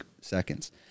seconds